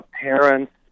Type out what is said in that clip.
parents